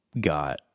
got